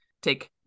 take